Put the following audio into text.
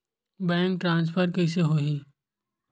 Bank transfer कइसे होही?